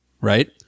Right